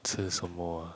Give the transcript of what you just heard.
吃什么 ah